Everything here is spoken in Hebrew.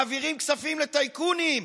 מעבירים כספים לטייקונים.